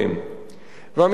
עמיתי חברי הכנסת,